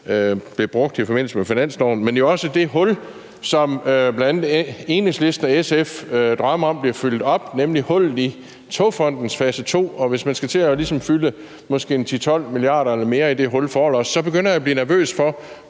dels også det hul, som bl.a. Enhedslisten og SF drømmer om bliver fyldt op, nemlig hullet i Togfonden DK's fase to. Og hvis man ligesom skal til at fylde måske 10-12 mia. kr. eller mere i det hul forlods, så begynder jeg at blive nervøs for,